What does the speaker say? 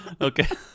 Okay